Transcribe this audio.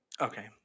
Okay